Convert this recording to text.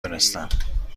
دونستم